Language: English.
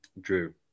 drew